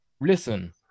Listen